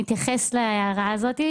אני אתייחס להערה הזאת.